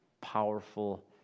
powerful